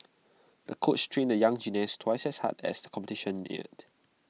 the coach trained the young gymnast twice as hard as the competition neared